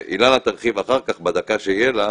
אילנה תרחיב אחר כך, בדקה שתהיה לה,